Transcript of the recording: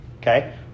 Okay